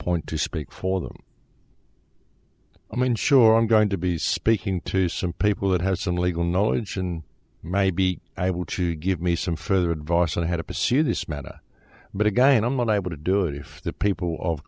appoint to speak for them i mean sure i'm going to be speaking to some people that has some legal knowledge and maybe i would give me some further advice on how to pursue this matter but again i'm not able to do it if the people of